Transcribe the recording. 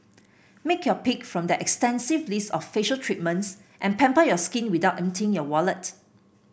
make your pick from their extensive list of facial treatments and pamper your skin without emptying your wallet